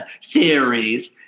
series